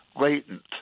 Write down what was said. latent